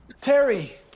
Terry